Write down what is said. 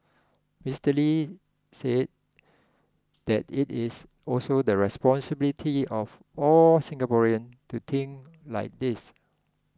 Mister Lee said that it is also the responsibility of all Singaporean to think like this